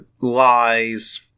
Lies